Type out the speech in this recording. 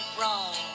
wrong